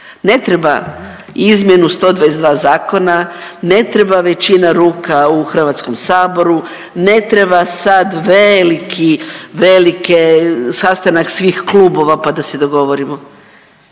Ne treba izmjenu 122 zakona, ne treba većina ruka u HS, ne treba sad veliki, velike sastanak svih klubova, pa da se dogovorimo,